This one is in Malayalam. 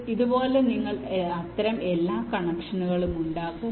ഇതുപോലെ നിങ്ങൾ അത്തരം എല്ലാ കണക്ഷനുകളും ഉണ്ടാക്കുന്നു